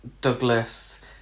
Douglas